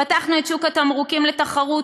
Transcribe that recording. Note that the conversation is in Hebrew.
פתחנו את שוק התמרוקים לתחרות,